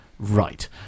Right